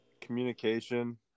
communication